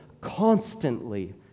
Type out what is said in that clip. constantly